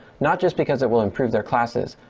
not just because it will improve their classes,